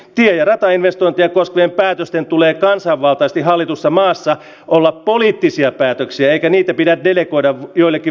ne ja investointien laskujen päätösten tulee kansanvaltaistihallitussa maassa olla poliittisia päätöksiä eikä niitä pidä delegoida joillekin